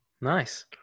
Nice